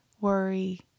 worry